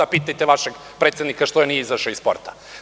Pitajte vašeg predsednika što nije izašao iz sporta.